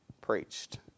preached